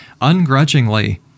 ungrudgingly